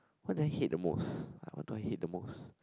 what do I hate the most what do I hate the most